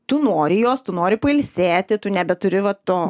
tu nori jos tu nori pailsėti tu nebeturi va to